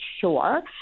sure